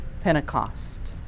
Pentecost